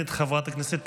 שהייתה פה קשה מאוד לפני 7